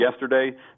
yesterday